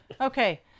Okay